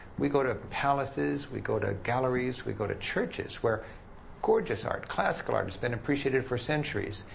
we go to palaces, we go to galleries, we go to churches where gorgeous art, classical art has been appreciated for centuries,